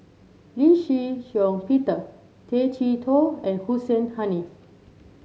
Lee Shih Shiong Peter Tay Chee Toh and Hussein Haniff